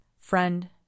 Friend